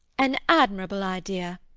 an admirable idea!